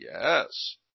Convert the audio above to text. Yes